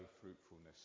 Fruitfulness